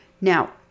Now